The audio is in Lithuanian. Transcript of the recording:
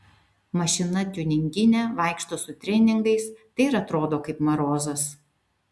mašina tiuninginė vaikšto su treningais tai ir atrodo kaip marozas